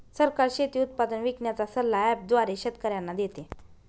सरकार शेती उत्पादन विकण्याचा सल्ला ॲप द्वारे शेतकऱ्यांना देते आहे